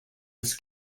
its